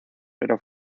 pero